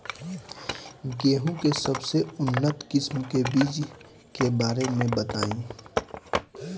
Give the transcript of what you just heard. गेहूँ के सबसे उन्नत किस्म के बिज के बारे में बताई?